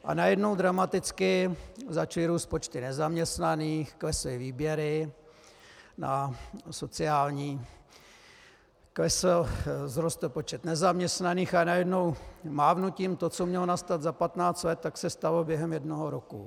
A najednou dramaticky začaly růst počty nezaměstnaných, klesly výběry na sociální, vzrostl počet nezaměstnaných, a najednou mávnutím to, co mělo nastat na patnáct let, se stalo během jednoho roku.